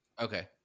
Okay